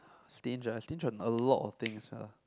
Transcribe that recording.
stinge ah stinge on a lot of things ah